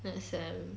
next sem